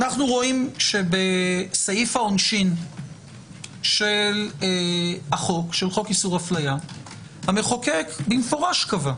אנו רואים שבסעיף העונשין של חוק איסור אפליה המחוקק מפורשות קבע: